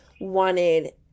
wanted